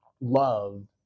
love